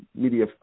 media